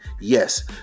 Yes